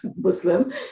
Muslim